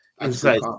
inside